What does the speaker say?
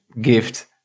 gift